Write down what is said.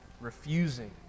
refusing